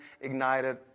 ignited